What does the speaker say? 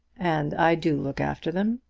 and i do look after them.